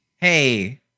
Hey